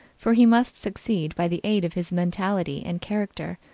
for he must succeed by the aid of his mentality and character,